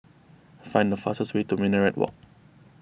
find the fastest way to Minaret Walk